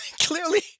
clearly